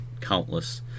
countless